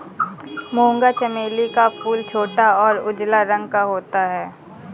मूंगा चमेली का फूल छोटा और उजला रंग का होता है